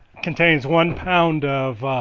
contains one pound of